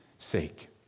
sake